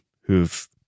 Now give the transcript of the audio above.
who've